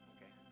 Okay